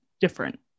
different